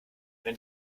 wenn